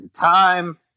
time